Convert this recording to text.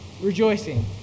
rejoicing